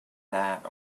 that